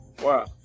Wow